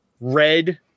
red